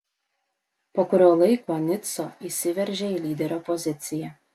po kurio laiko nico įsiveržė į lyderio poziciją